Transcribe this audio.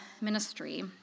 ministry